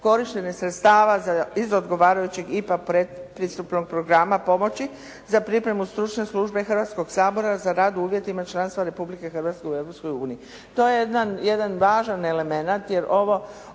korištenje sredstava iz odgovarajućeg IPA predpristupnog programa pomoći za pripremu Stručne službe Hrvatskog sabora za rad u uvjetima članstva Republike Hrvatske u Europskoj uniji. To je jedan važan elemenat, jer ova